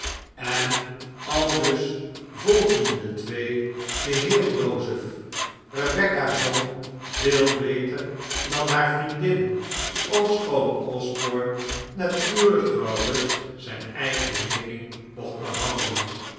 en aldus volgden de twee den heer joseph rebecca zong veel beter dan haar vriendin ofschoon osborne natuurlijk gerust zijn eigen meening mocht behouden